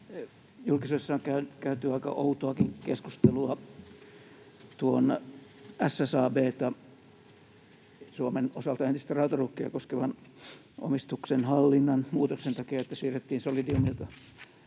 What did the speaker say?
Julkisuudessa on käyty aika outoakin keskustelua tuon SSAB:ta, Suomen osalta entistä Rautaruukkia, koskevan omistuksen hallinnan muutoksen takia, jossa siirrettiin Solidiumilta